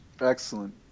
Excellent